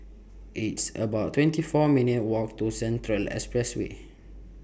It's about twenty four minutes' Walk to Central Expressway